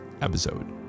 episode